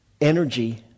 energy